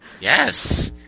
Yes